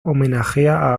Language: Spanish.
homenajea